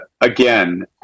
again